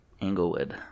Englewood